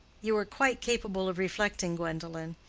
you are quite capable of reflecting, gwendolen.